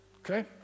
okay